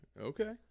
okay